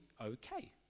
okay